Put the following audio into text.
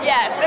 Yes